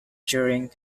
during